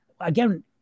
Again